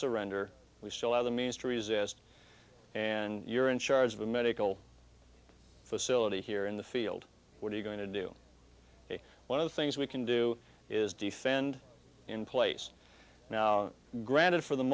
surrender we still have the means to resist and you're in charge of a medical facility here in the field what are you going to do one of the things we can do is defend in place now granted for the